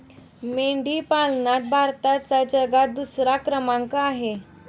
मेंढी पालनात भारताचा जगात दुसरा क्रमांक आहे